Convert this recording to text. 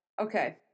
Okay